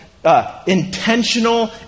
Intentional